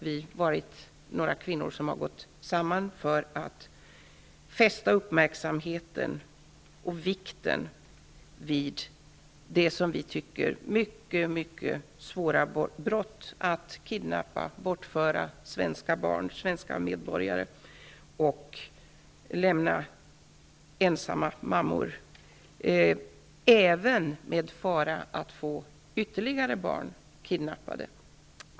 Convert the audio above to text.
Vi är några kvinnor som har gått samman för att fästa uppmärksamheten och vikten vid det som vi tycker är mycket svåra brott, dvs. att kidnappa och bortföra svenska barn, svenska medborgare, och lämna mammor ensamma. Dessutom finns faran att ytterligare barn kidnappas.